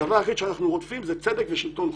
הדבר היחיד שאנחנו רודפים זה צדק ושלטון חוק.